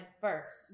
first